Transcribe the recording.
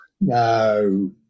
No